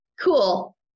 Cool